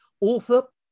author